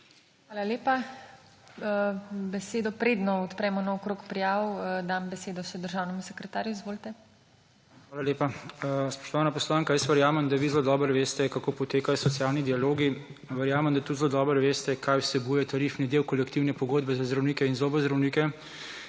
Hvala lepa. Besedo, preden odpremo nov krog prijav, dam besedo še državnemu sekretarju. Izvolite. **MAG. ROBERT CUGELJ:** Hvala lepa. Spoštovana poslanka, jaz verjamem, da vi zelo dobro veste, kako potekajo socialni dialogi. Verjamem, da tudi zelo dobro veste, kaj vsebuje tarifni del kolektivne pogodbe za zdravnike in zobozdravnike.